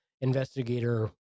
investigator